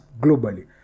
globally